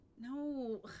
No